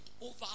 over